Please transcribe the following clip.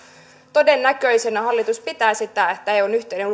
todennäköisenä hallitus pitää sitä että eun yhteinen